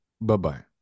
Bye-bye